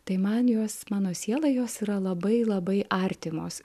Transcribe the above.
tai man jos mano sielai jos yra labai labai artimos